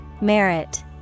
Merit